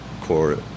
core